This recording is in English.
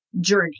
journey